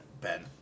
Ben